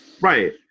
Right